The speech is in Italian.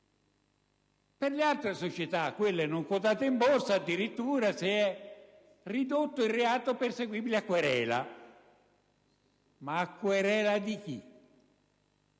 Per le altre società, quelle non quotate in Borsa, addirittura si è ridotto il reato: perseguibile a querela. Ma a querela di chi?